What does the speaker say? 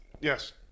yes